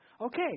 okay